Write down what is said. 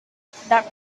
that